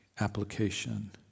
application